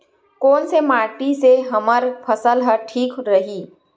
कोन से माटी से हमर फसल ह ठीक रही?